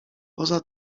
poza